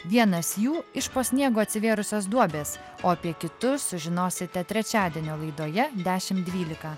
vienas jų iš po sniego atsivėrusios duobės o apie kitus sužinosite trečiadienio laidoje dešimt dvylika